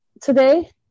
Today